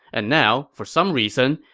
and now, for some reason,